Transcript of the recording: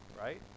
right